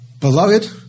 Beloved